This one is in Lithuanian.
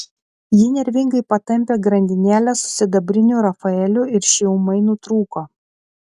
ji nervingai patampė grandinėlę su sidabriniu rafaeliu ir ši ūmai nutrūko